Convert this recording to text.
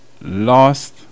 lost